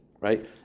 right